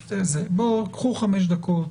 קחו 5 דקות,